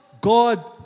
God